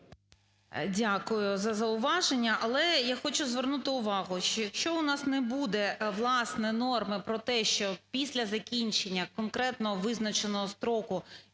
Дякую за зауваження. Але я хочу звернути увагу, що якщо у нас не буде, власне, норми про те, що після закінчення конкретно визначеного строку,